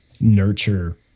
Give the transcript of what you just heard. nurture